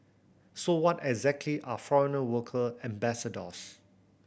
so what exactly are foreign worker ambassadors